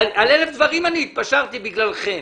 על אלף דברים אני התפשרתי בגללכם